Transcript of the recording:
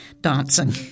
dancing